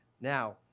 Now